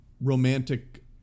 romantic